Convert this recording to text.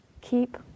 keep